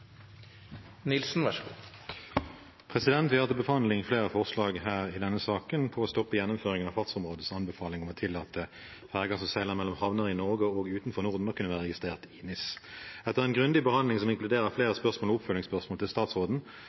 Vi har til behandling flere forslag i denne saken for å stoppe gjennomføringen av fartsområdeutvalgets anbefaling om å tillate ferger som seiler mellom havner i Norge og utenfor Norden, å kunne være registrert i NIS. Etter en grundig behandling, som inkluderer flere spørsmål og oppfølgingsspørsmål til statsråden,